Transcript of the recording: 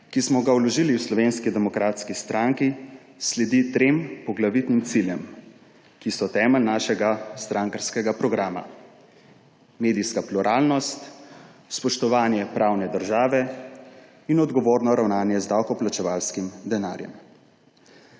ki smo ga vložili v Slovenski demokratski stranki, sledi trem poglavitnim ciljem, ki so temelj našega strankarskega programa: medijska pluralnost, spoštovanje pravne države in odgovorno ravnanje z davkoplačevalskim denarjem.